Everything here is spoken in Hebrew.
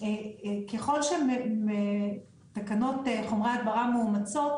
ככל שתקנות חומרי הדברה מאומצות,